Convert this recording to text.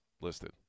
listed